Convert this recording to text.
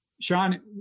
Sean